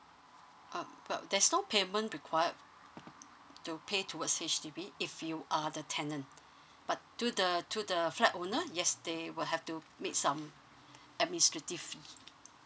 oh but there's so payment required to pay towards H_D_B if you are the tenant but to the to the flat owner yes they will have to make some administrative fee